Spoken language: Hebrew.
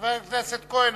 חבר הכנסת כהן,